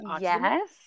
Yes